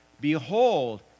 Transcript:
behold